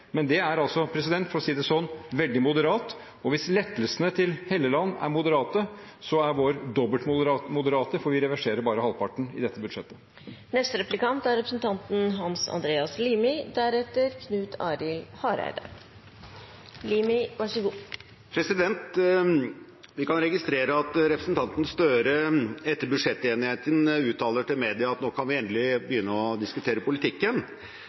Men det er altså veldig moderat, og hvis lettelsene til representanten Helleland er moderate, er vår økning dobbelt moderat, for vi reverserer bare halvparten i dette budsjettet. Vi kan registrere at representanten Gahr Støre etter budsjettenigheten uttaler til media at nå kan vi endelig begynne å diskutere politikken.